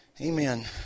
Amen